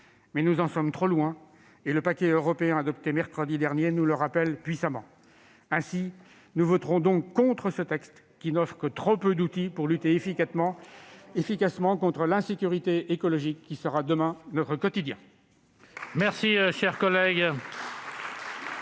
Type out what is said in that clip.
Mais nous en sommes trop loin, et le paquet européen adopté mercredi dernier nous le rappelle puissamment. Ainsi voterons-nous contre ce texte. Il n'offre que trop peu d'outils pour lutter efficacement contre l'insécurité écologique qui sera demain notre quotidien. La parole est